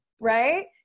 right